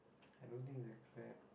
I don't think it's a